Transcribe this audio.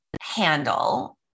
handle